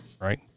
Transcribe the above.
right